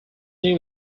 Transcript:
new